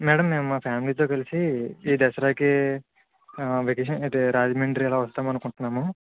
madam మేము మా ఫ్యామిలీతో కలిసి ఈ దసరాకి వెకేషన్స్కి రాజమండ్రి అలా వద్దాం అనుకుంటున్నాము